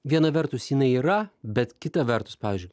viena vertus jinai yra bet kita vertus pavyzdžiui